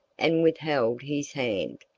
and withheld his hand.